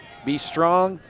be strong,